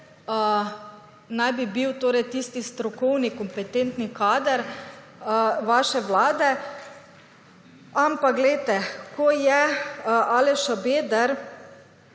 naj bi bil torej tisti strokovni kompetentni kader vaše Vlade, ampak poglejte, ko je Aleš Šabeder